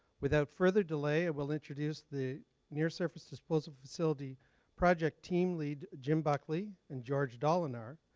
without further delay, i will introduce the near surface disposal facility project team lead, jim buckley, and george dolinar.